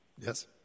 Yes